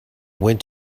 went